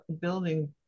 building